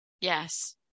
Yes